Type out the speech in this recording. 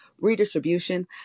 redistribution